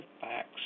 facts